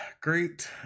Great